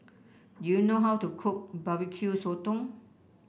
do you know how to cook Barbecue Sotong